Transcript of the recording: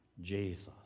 Jesus